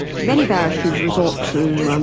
many barristers resort to um